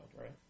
right